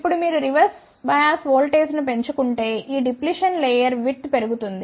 ఇప్పుడు మీరు reverse bias వోల్టేజ్ను పెంచుకుంటే ఈ డిఫ్లేషన్ లేయర్ విడ్త్ పెరుగుతుంది